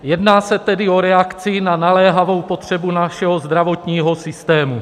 Jedná se tedy o reakci na naléhavou potřebu našeho zdravotního systému.